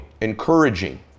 encouraging